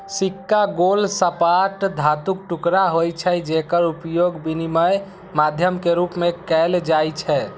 सिक्का गोल, सपाट धातुक टुकड़ा होइ छै, जेकर उपयोग विनिमय माध्यम के रूप मे कैल जाइ छै